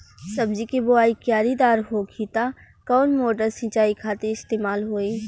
सब्जी के बोवाई क्यारी दार होखि त कवन मोटर सिंचाई खातिर इस्तेमाल होई?